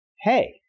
hey